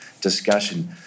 discussion